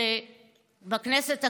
שבכנסת הקודמת,